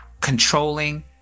controlling